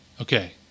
Okay